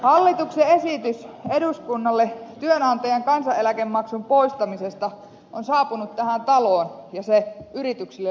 hallituksen esitys eduskunnalle työnantajan kansaneläkemaksun poistamisesta on saapunut tähän taloon ja se yrityksille luvattiin